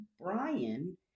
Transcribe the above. brian